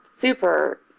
super